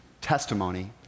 testimony